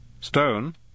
Stone